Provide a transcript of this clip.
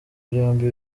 byombi